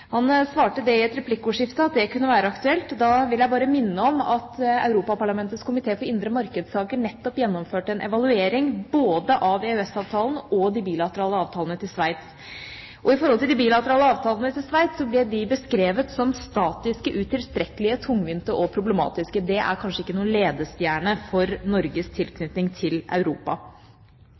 Han sa i et replikkordskifte at det kunne være aktuelt, og da vil jeg bare minne om at Europaparlamentets komité for det indre marked nettopp gjennomførte en evaluering både av EØS-avtalen og de bilaterale avtalene til Sveits. Når det gjaldt de bilaterale avtalene til Sveits, ble de beskrevet som statiske, utilstrekkelige, tungvinte og problematiske, og det er kanskje ikke noen ledestjerne for Norges tilknytning til Europa.